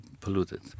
polluted